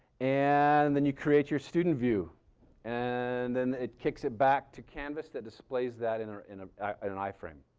and then you create your student view and then it kicks it back to canvas that displays that in ah in ah i mean an iframe.